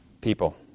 people